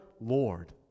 Lord